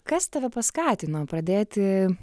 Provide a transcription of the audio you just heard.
kas tave paskatino pradėti